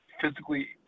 physically